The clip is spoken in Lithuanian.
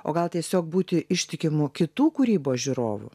o gal tiesiog būti ištikimu kitų kūrybos žiūrovu